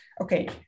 okay